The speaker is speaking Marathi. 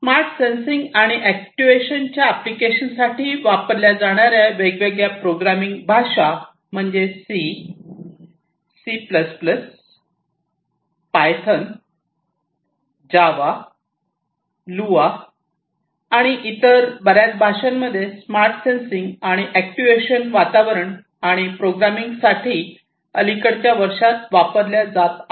स्मार्ट सेन्सिंग आणि अॅक्ट्युएशनच्या अॅप्लिकेशन्ससाठी वापरल्या जाणार्या वेगवेगळ्या प्रोग्रामिंग भाषा म्हणजे C C plus plus C Python Java Lua आणि इतर बर्याच भाषांमध्ये स्मार्ट सेंसिंग आणि अॅक्ट्युएशन वातावरण आणि प्रोग्रामिंगसाठी अलिकडच्या वर्षांत वापरल्या जात आहेत